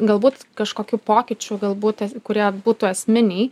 galbūt kažkokių pokyčių galbūt kurie būtų esminiai